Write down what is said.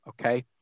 okay